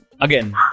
again